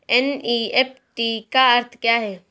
NEFT का अर्थ क्या है?